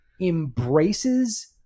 embraces